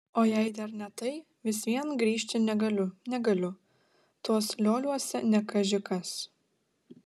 o jei dar ne tai vis vien grįžti negaliu negaliu tuos lioliuose ne kaži kas